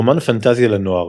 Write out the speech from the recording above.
רומן פנטזיה לנוער,